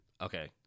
Okay